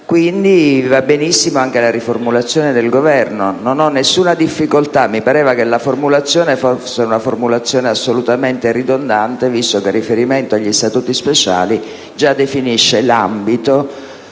quindi va benissimo anche la riformulazione del Governo, non ho alcuna difficoltà. Mi pareva che la formulazione fosse assolutamente ridondante visto che il riferimento agli Statuti speciali già definisce l'ambito